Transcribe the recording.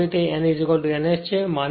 હવે કહો n n S